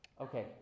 Okay